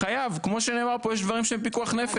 חייב, כמו שנאמר פה יש דברים שהם פיקוח נפש.